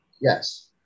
Yes